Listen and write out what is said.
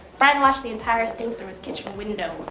brian watched the entire thing through his kitchen window.